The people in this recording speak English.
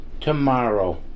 tomorrow